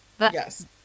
Yes